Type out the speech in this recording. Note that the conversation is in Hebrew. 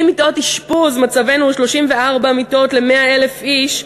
אם במיטות אשפוז מצבנו הוא 34 מיטות ל-100,000 איש,